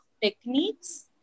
techniques